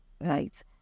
right